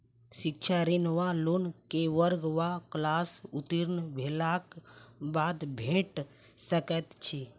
शिक्षा ऋण वा लोन केँ वर्ग वा क्लास उत्तीर्ण भेलाक बाद भेट सकैत छी?